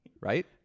right